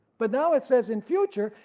but now it says in future,